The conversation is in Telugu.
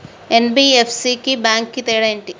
ఎన్.బి.ఎఫ్.సి కి బ్యాంక్ కి తేడా ఏంటి?